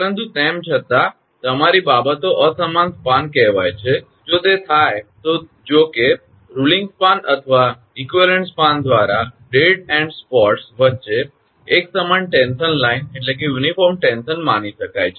પરંતુ તેમ છતાં તમારી બાબતો અસમાન સ્પાન કહેવાય છે જો તે થાય તો જો કે રુલીંગ સ્પાન અથવા સમકક્ષ સ્પાન દ્વારા ડેડ એન્ડ સપોર્ટ્સ વચ્ચે એકસમાન ટેન્શન માની શકાય છે